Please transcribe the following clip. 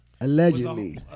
allegedly